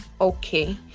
Okay